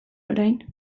orain